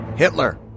Hitler